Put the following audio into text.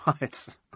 right